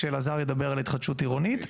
כשאלעזר ידבר על התחדשות עירונית.